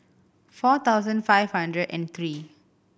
four thousand five hundred and three